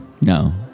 No